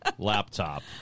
Laptop